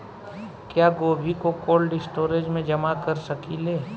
क्या गोभी को कोल्ड स्टोरेज में जमा कर सकिले?